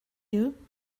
you